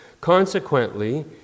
Consequently